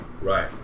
Right